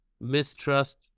mistrust